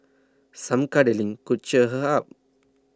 some cuddling could cheer her up